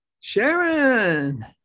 sharon